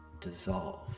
dissolve